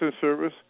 service